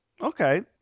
Okay